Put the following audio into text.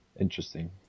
interesting